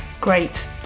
great